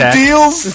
deals